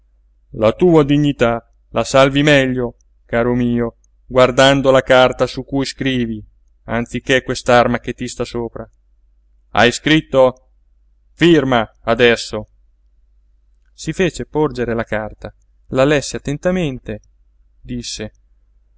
la tua dignità la salvi meglio caro mio guardando la carta su cui scrivi anziché quest'arma che ti sta sopra hai scritto firma adesso si fece porgere la carta la lesse attentamente disse